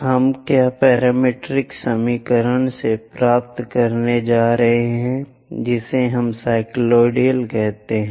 हम इस पैरामीट्रिक समीकरण से प्राप्त करने जा रहे हैं जिसे हम साइक्लॉयड कहते हैं